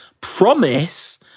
promise